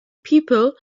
people